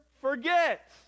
forget